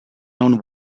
known